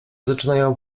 zaczynają